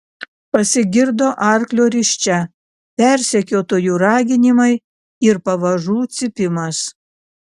pasigirdo arklio risčia persekiotojų raginimai ir pavažų cypimas